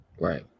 Right